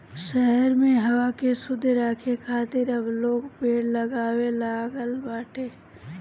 शहर में हवा के शुद्ध राखे खातिर अब लोग पेड़ लगावे लागल बाटे